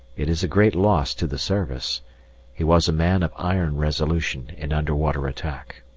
it is a great loss to the service he was a man of iron resolution in underwater attack.